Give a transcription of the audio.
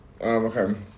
Okay